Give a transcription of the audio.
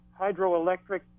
hydroelectric